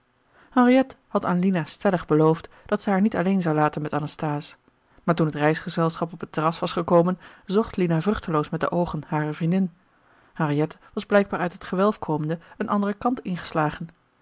henriette had aan lina stellig beloofd dat zij haar niet alleen zou laten met anasthase maar toen het reisgezelschap op het terras was gekomen zocht lina vruchteloos met de oogen hare vriendin henriette was blijkbaar uit het gewelf komende een anderen kant ingeslagen